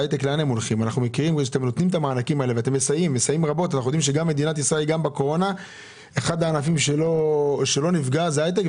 19. מסעיף 19. מה זה סעיף.